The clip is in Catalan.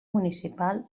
municipal